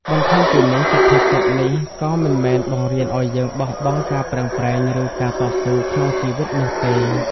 បន្ថែមពីនេះ សុភាសិតនេះក៏មិនមែនបង្រៀនឱ្យយើងបោះបង់ការប្រឹងប្រែង ឬការតស៊ូក្នុងជីវិតនោះទេ។